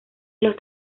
los